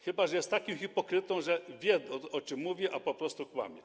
Chyba że jest takim hipokrytą, że wie, o czym mówi, a po prostu kłamie.